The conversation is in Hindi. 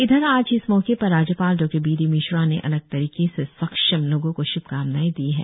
इधर आज इस मौके पर राज्यपाल डॉ बी डी मिश्रा ने अलग तरीके से सक्षम लोगों को श्भकामनाए दी है